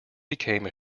became